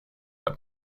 her